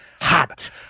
Hot